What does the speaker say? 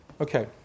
Okay